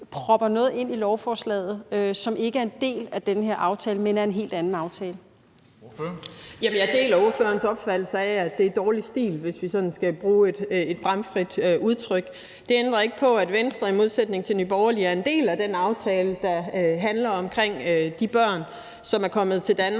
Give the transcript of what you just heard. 13:38 Formanden (Henrik Dam Kristensen): Ordføreren. Kl. 13:38 Ellen Trane Nørby (V): Jamen jeg deler ordførerens opfattelse af, at det er dårlig stil, hvis vi sådan skal bruge et bramfrit udtryk. Det ændrer ikke på, at Venstre i modsætning til Nye Borgerlige er en del af den aftale, der handler om de børn, som er kommet til Danmark